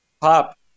Pop